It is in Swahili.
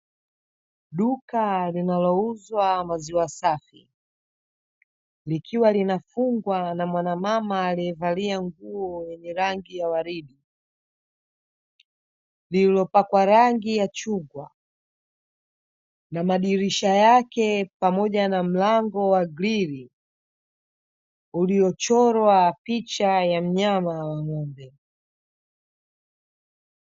Duka linalouzwa maziwa safi, likiwa linafungwa na mwanamama aliyevalia nguo yenye rangi ya waridi. Lililopakwa rangi ya chungwa, na madirisha yake pamoja na mlango wa grili, uliochorwa picha ya mnyama wa ng'ombe.